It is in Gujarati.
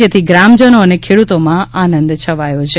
જેથી ગ્રામજનો અને ખેડૂતોમાં આનંદ છવાયો છે